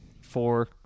four